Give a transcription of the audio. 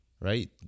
right